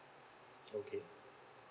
okay